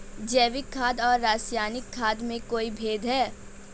जैविक खाद और रासायनिक खाद में कोई भेद है?